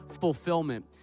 Fulfillment